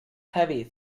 heavy